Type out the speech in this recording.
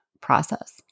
process